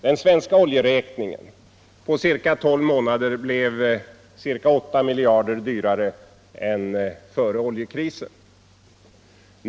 Den svenska oljeräkningen blev på ca 12 månader ungefär 8 miljarder kronor dyrare än före oljekrisen.